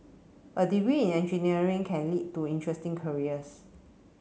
a degree in engineering can lead to interesting careers